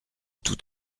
tout